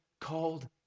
called